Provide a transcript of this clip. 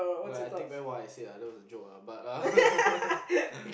okay I take back what I say ah that was a joke ah but uh